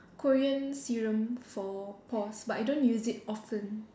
Korean serum for pores but I don't use it often